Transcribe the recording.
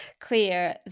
clear